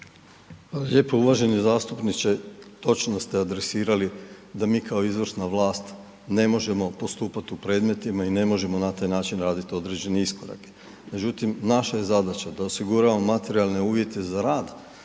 lijepo. Uvaženi zastupniče točno ste adresirali da mi kao izvršna vlast ne možemo postupati u predmetima i ne možemo na taj način radit određeni iskorak. Međutim, naša je zadaća da osiguramo materijalne uvjete za rada